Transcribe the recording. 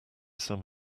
some